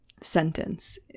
sentence